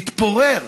מתפורר.